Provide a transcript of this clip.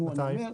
מתי?